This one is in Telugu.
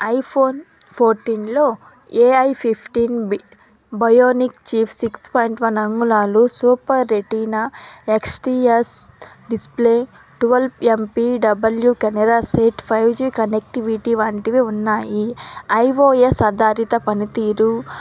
ఐఫోన్ ఫోర్టీన్లో A I fifteen bionic chip six point one అంగుళాలు super retina X T S display twelve M P W camera set five G connectivity వంటివి ఉన్నాయి ఐ ఓ ఎస్ ఆధారిత పనితీరు